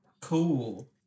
cool